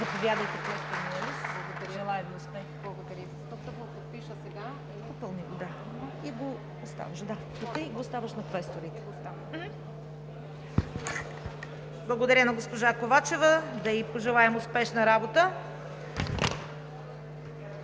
Благодаря на госпожа Ковачева. Да ѝ пожелаем успешна работа!